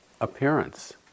appearance